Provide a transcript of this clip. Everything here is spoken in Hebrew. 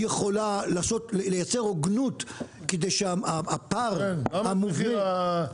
יכולה לייצר הוגנות כדי שהפער המובנה --- כן.